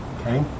Okay